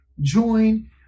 join